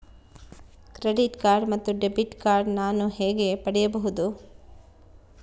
Credit card ಮತ್ತು debit card ನಾನು ಹೇಗೆ ಪಡೆಯಬಹುದು?